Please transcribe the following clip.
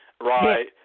Right